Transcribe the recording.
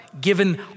given